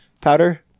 powder